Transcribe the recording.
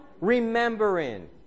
remembering